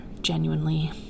genuinely